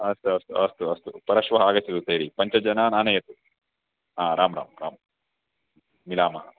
अस्तु अस्तु अस्तु अस्तु परश्वः आगच्छतु तर्हि पञ्चजनान् आनयतु हा राम राम राम मिलामः